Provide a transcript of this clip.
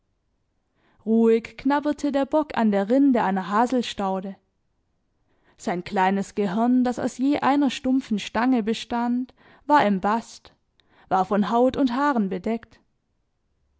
ruhig knabberte der bock an der rinde einer haselstaude sein kleines gehörn das aus je einer stumpfen stange bestand war im bast war von haut und haaren bedeckt